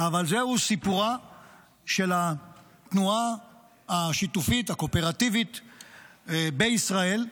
אבל זהו סיפורה של התנועה השיתופית הקואופרטיבית בישראל,